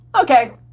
okay